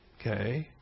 Okay